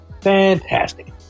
Fantastic